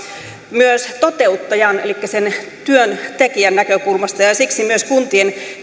myös toteuttajan elikkä sen työn tekijän näkökulmasta ja ja siksi myös kuntien